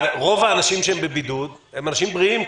רוב האנשים שהם בבידוד הם אנשים בריאים,